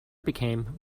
became